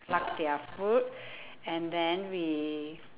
pluck their fruit and then we